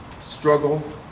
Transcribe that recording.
struggle